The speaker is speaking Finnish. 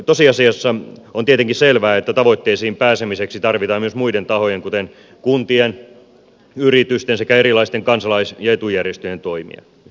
tosiasiassa on tietenkin selvää että tavoitteisiin pääsemiseksi tarvitaan myös muiden tahojen kuten kuntien yritysten sekä erilaisten kansalais ja etujärjestöjen toimia